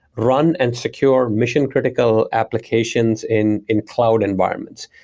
run and secure mission-critical applications in in cloud environments.